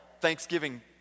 Thanksgiving